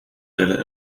delen